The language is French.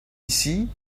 ici